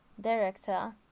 director